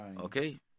Okay